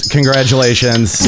Congratulations